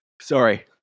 Sorry